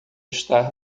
estar